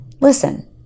listen